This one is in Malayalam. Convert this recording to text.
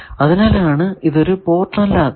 അതിനാലാണ് ഇത് ഒരു പോർട്ട് അല്ലാത്തത്